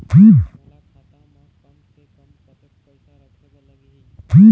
मोला खाता म कम से कम कतेक पैसा रखे बर लगही?